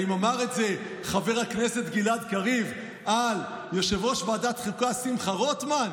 האם אמר את זה חבר הכנסת גלעד קריב על יושב-ראש ועדת החוקה שמחה רוטמן?